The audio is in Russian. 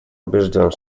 убежден